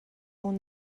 اون